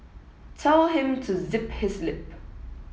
tell him to zip his lip